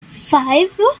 five